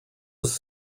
was